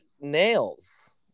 nails